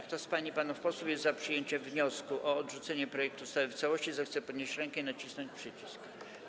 Kto z pań i panów posłów jest za przyjęciem wniosku o odrzucenie projektu ustawy w całości, zechce podnieść rękę i nacisnąć przycisk.